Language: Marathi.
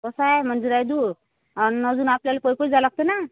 कसंय मंदीर आय दू अन् मग आपल्याला पयी पयी जाय लागते ना